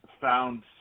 found